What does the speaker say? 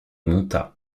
monta